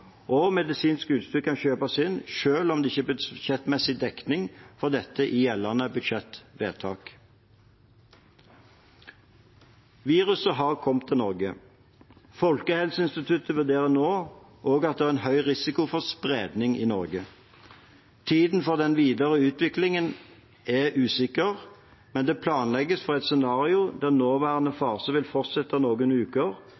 og medisinsk utstyr kan kjøpes inn selv om det ikke er budsjettmessig dekning for dette i gjeldende budsjettvedtak. Viruset har kommet til Norge. Folkehelseinstituttet vurderer nå også at det er høy risiko for spredning i Norge. Tiden for den videre utviklingen er usikker, men det planlegges for et scenario der nåværende fase vil fortsette noen uker